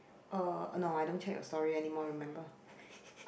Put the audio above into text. oh oh no I don't check your story anymore remember